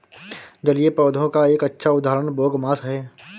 जलीय पौधों का एक अच्छा उदाहरण बोगमास है